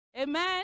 Amen